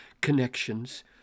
connections